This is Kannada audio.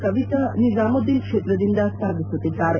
ಕವಿತಾ ನಿಜಾಮುದ್ದೀನ್ ಕ್ಷೇತ್ರದಿಂದ ಸ್ಪರ್ಧಿಸುತ್ತಿದ್ದಾರೆ